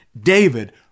David